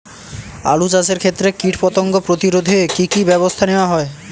আলু চাষের ক্ষত্রে কীটপতঙ্গ প্রতিরোধে কি কী ব্যবস্থা নেওয়া হয়?